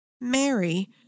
Mary